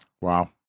Wow